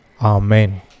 Amen